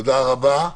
תודה רבה.